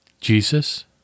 Jesus